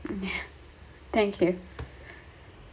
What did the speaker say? yeah thank you